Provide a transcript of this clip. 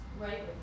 Right